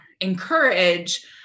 encourage